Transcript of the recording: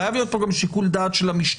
חייב להיות פה גם שיקול דעת של המשטרה.